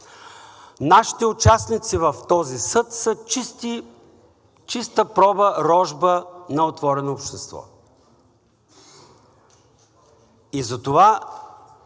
Нашите участници в този съд са чиста проба рожба на „Отворено общество“.